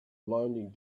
blinding